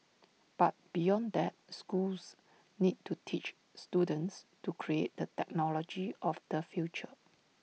but beyond that schools need to teach students to create the technology of the future